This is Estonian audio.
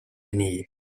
nii